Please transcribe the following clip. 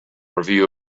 review